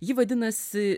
ji vadinasi